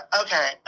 okay